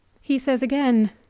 he says again,